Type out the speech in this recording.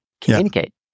communicate